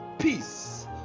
Peace